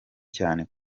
cyane